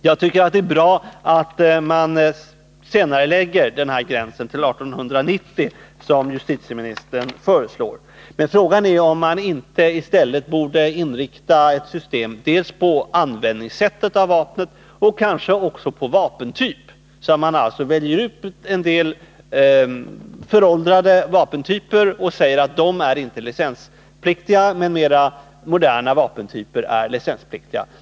Jag tycker att det är bra att man flyttar den här gränsen till 1890, såsom justitieministern föreslår. Men frågan är om man inte i stället borde inrikta ett system dels på sättet för användning av vapnet, dels kanske också på vapentyp, där man alltså väljer ut en del föråldrade vapentyper och säger att de inte är licenspliktiga, medan mer moderna vapentyper är licenspliktiga.